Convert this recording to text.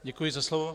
Děkuji za slovo.